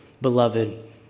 beloved